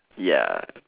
ya